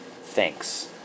thanks